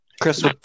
Chris